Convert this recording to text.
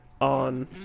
on